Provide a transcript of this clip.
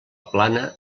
plana